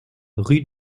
rue